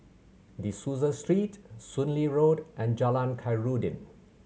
De Souza Street Soon Lee Road and Jalan Khairuddin